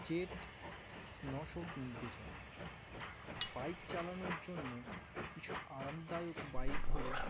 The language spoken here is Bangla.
জেড নশো কিনতে চাই বাইক চালানোর জন্য কিছু আরামদায়ক বাইক হলো